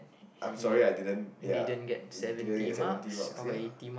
I'm sorry I didn't ya didn't get seventy marks ya